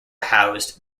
housed